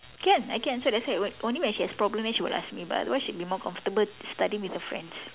can I can so that's why on~ only when she has problem then she will ask me but otherwise she will be feel more comfortable studying with her friends